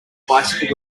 bicycle